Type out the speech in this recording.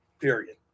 period